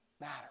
matter